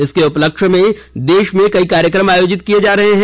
इसके उपलक्ष्य में देश में कई कार्यक्रम आयोजित किए जा रहे हैं